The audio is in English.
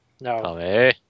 No